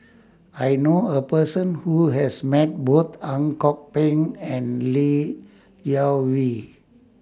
I know A Person Who has Met Both Ang Kok Peng and Li Jiawei